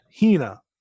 Hina